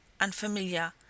unfamiliar